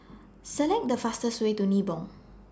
Select The fastest Way to Nibong